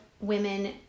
women